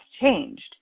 changed